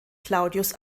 claudius